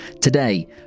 Today